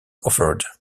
offered